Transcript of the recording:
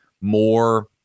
more